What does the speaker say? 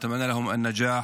נקווה שייתנו להם פקטור.